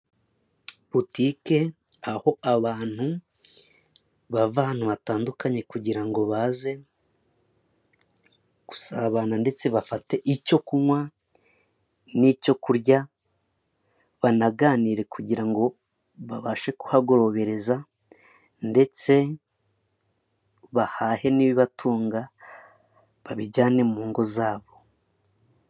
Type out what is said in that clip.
Butike: Aho abantu bava ahantu hatandukanye kugira ngo baze gusabana ndetse bafate icyo kunywa n'icyo kurya, banaganire kugira ngo babashe kuhagorobereza, ndetse bahahe n'ibibatunga babijyane mu ingo za bo.